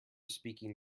speaking